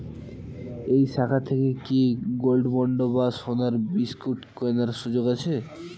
এই শাখা থেকে কি গোল্ডবন্ড বা সোনার বিসকুট কেনার সুযোগ আছে?